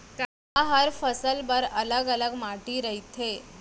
का हर फसल बर अलग अलग माटी रहिथे?